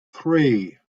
three